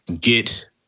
Get